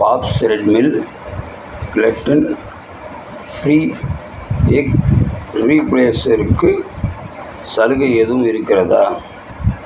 பாப்ஸ் Red Mill gluten free egg ரீப்லேசருக்கு சலுகை எதுவும் இருக்கிறதா